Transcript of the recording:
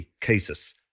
cases